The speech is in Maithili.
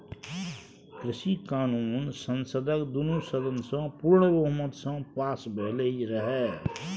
कृषि कानुन संसदक दुनु सदन सँ पुर्ण बहुमत सँ पास भेलै रहय